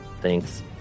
thanks